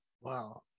Wow